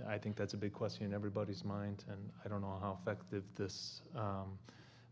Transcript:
as i think that's a big question everybody's mind and i don't know how effective this